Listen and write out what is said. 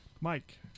Mike